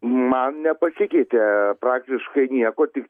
man nepasikeitė praktiškai nieko tik